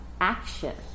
action